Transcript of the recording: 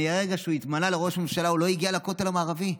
מרגע שהוא התמנה לראש ממשלה הוא לא הגיע לכותל המערבי?